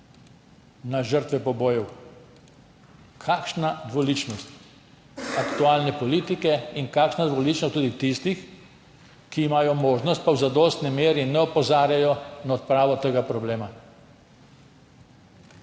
na žrtve pobojev. Kakšna dvoličnost aktualne politike in kakšna dvoličnost tudi tistih, ki imajo možnost, pa v zadostni meri ne opozarjajo na odpravo tega problema!